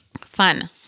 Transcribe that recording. fun